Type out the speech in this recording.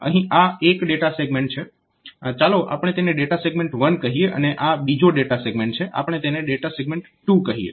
અહીં આ એક ડેટા સેગમેન્ટ છે ચાલો આપણે તેને ડેટા સેગમેન્ટ 1 કહીએ અને આ બીજો સેગમેન્ટ છે આપણે તેને ડેટા સેગમેન્ટ 2 કહીએ